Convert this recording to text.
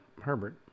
Herbert